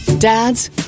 Dads